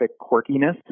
quirkiness